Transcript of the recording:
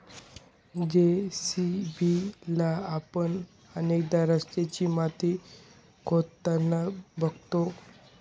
JCB ला आपण अनेकदा रस्त्याची माती खोदताना बघतो